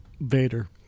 Vader